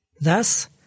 Thus